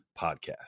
podcast